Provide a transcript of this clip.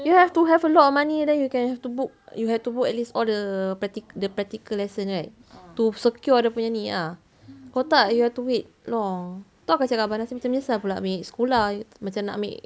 you have to have a lot of money then you can have to book you have to book at least all the practic~ the practical lesson right to secure dia punya ni ah kalau tak you have to wait long tu kakak cakap abang nasir macam menyesal pula ambil sekolah macam nak ambil